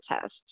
test